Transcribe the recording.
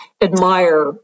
admire